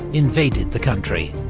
invaded the country.